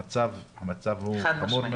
המצב הוא חמור מאוד.